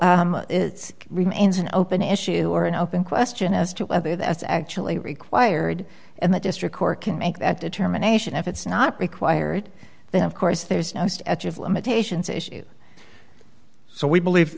it's remains an open issue or an open question as to whether that's actually required and the district court can make that determination if it's not required then of course there's no statute of limitations issue so we believe